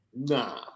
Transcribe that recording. nah